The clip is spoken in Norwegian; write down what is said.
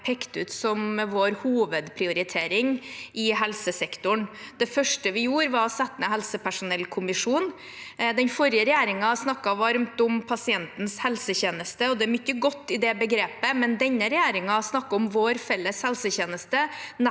pekt ut som vår hovedprioritering i helsesektoren. Det første vi gjorde, var å sette ned helsepersonellkommisjonen. Den forrige regjeringen snakket varmt om pasientens helsetjeneste, og det er mye godt i det begrepet, men denne regjeringen snakker om vår felles helsetjeneste,